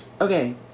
Okay